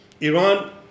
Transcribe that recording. Iran